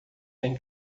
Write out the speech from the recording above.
têm